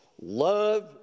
love